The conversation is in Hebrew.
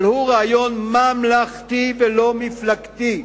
אבל הוא רעיון ממלכתי ולא מפלגתי.